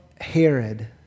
Herod